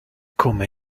come